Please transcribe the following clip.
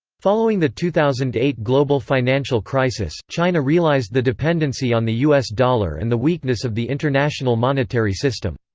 following the two thousand and eight global financial crisis, china realized the dependency on the us dollar and the weakness of the international monetary system.